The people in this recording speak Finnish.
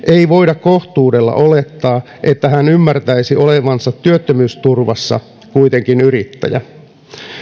ei voida kohtuudella olettaa että hän ymmärtäisi olevansa työttömyysturvassa kuitenkin yrittäjä